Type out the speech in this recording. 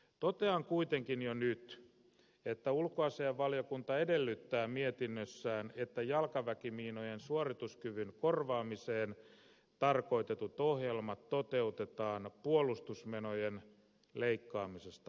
totean kuitenkin jo nyt että ulkoasiainvaliokunta edellyttää mietinnössään että jalkaväkimiinojen suorituskyvyn korvaamiseen tarkoitetut ohjelmat toteutetaan puolustusmenojen leikkaamisesta huolimatta